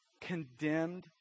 Condemned